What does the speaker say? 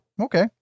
Okay